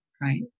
right